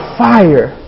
fire